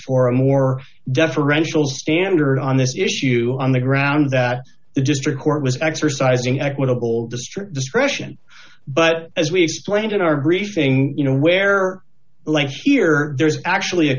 for a more deferential standard on this issue on the ground that the district court was exercising equitable district discretion but as we explained in our briefing you know where our links here there's actually a